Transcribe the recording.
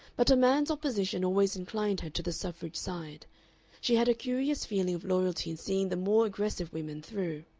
but a man's opposition always inclined her to the suffrage side she had a curious feeling of loyalty in seeing the more aggressive women through.